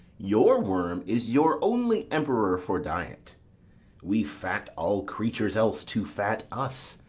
your worm is your only emperor for diet we fat all creatures else to fat us,